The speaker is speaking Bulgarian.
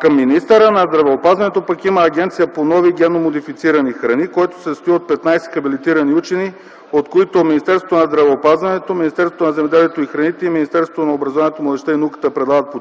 Към министъра на здравеопазването пък има Агенция по нови генно модифицирани храни, която се състои от 15 хабилитирани учени, от които Министерството на здравеопазването, Министерството на земеделието и храните и Министерството на образованието, младежта и науката предлагат по